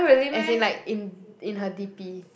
as in like in in her d_p